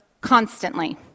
constantly